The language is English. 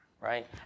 right